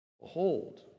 behold